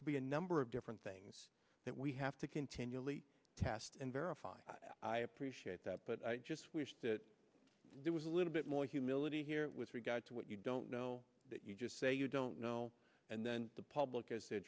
could be a number of different things that we have to continually test and verify i appreciate that but i just wish that there was a little bit more humility here with regard to what you don't know that you just say you don't know and then the public is